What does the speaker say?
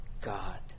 God